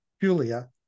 julia